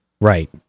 Right